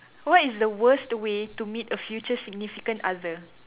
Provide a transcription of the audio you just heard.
what is the worst way to meet a future significant other